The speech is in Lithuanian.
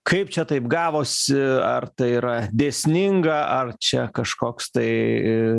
kaip čia taip gavosi ar tai yra dėsninga ar čia kažkoks tai